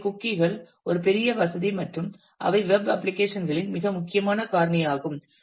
எனவே குக்கீகள் ஒரு பெரிய வசதி மற்றும் அவை வெப் அப்ளிகேஷன் களின் மிக முக்கியமான காரணியாகும்